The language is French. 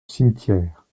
cimetière